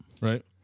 Right